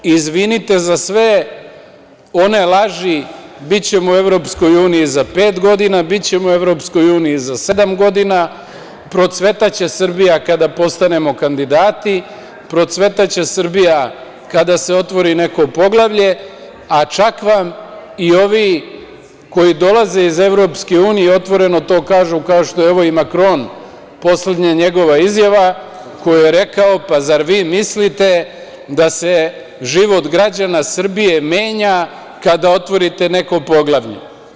Izvinite, za sve one laži bićemo u EU za pet godina, bićemo u EU za sedam godina, procvetaće Srbija kada postanemo kandidati, procvetaće Srbija kada se otvori neko poglavlje, a čak vam i ovi koji dolaze iz EU i otvoreno to kažu, kao što je i Makron, ova njegova poslednja izjava, koju je rekao, pa zar vi mislite da se život građana Srbije menja kada otvorite neko poglavlje.